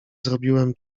zrobiłem